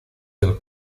del